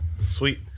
Sweet